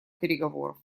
переговоров